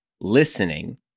listening